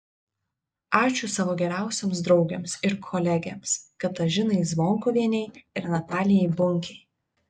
ačiū savo geriausioms draugėms ir kolegėms katažinai zvonkuvienei ir natalijai bunkei